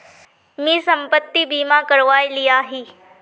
मी संपत्ति बीमा करवाए लियाही